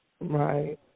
Right